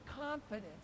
confidence